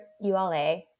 ULA